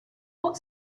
what